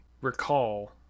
recall